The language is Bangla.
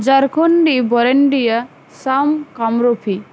ঝাড়খন্ডী বরেন্দ্রী সাম কামরুপি